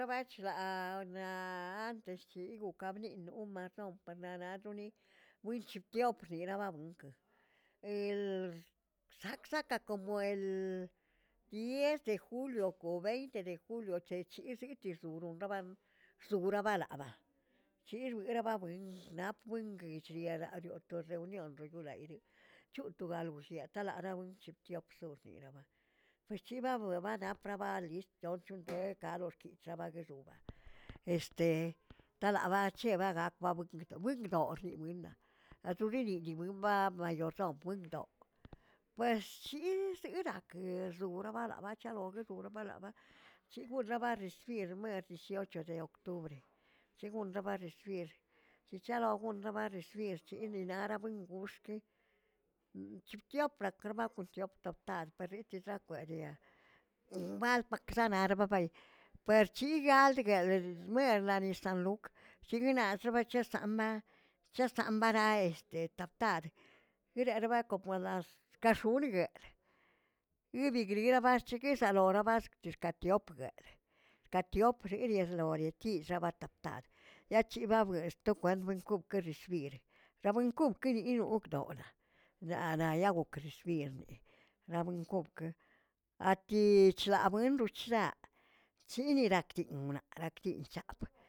Archraꞌa naꞌa anteshchigoꞌkaꞌ bniꞌnoꞌo mazoꞌn mpananachoni winchiyopni rabawinkə el, rsaꞌksaka como el dies de julio kon veinte de julio tec̱hizi zururaba- zurabalaba dirəberababuen apuenchguenlaralalio to reunión regulayre c̱hotogol waxieꞌ tala'rawen chiptiop sshoryirayaba pueschiibabiꞌo banap prarabist tchontonde karorkich barexoba este talaꞌbache bagakb winkwdoꞌ riwina atoririnbaꞌa ma- mayordom winkwdoꞌ pues chis chirakeꞌe zoraꞌ bala bache lokə xola balab, chigura ba rresibir mer 18 de octubre, según ba resibir chichalo gon ba recibir chiꞌninaraꞌn buingoxkeꞌe chuptrioprakꞌ rbarchoptantaꞌa pareesi zaptwekꞌ, balkwapꞌ zanaꞌbarbabay per chigaldguedə mernaꞌ lisanlook shiguinaꞌz bache samꞌ chisamnaꞌreest tap tari zerarbeꞌ como las ka x̱onꞌniguə, yibigrie barcheki saloꞌo baskch xkatopiguə katiopꞌ xixislori tir tabataptar jachi ba blexs sto kwent koꞌkən recibirə, rabuenkokꞌ kini okdo'naꞌlaꞌ na'naꞌ ba goken recibir' laweꞌn koꞌkə atin chlabuin rochlaꞌa chirininakdiꞌoꞌnaꞌ rakdiꞌnchaꞌb.